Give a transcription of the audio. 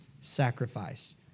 sacrifice